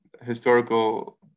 historical